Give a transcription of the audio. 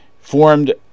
formed